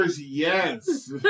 yes